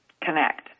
connect